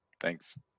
Thanks